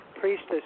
priestess